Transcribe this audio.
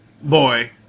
boy